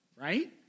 right